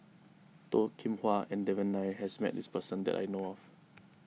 Toh Kim Hwa and Devan Nair has met this person that I know of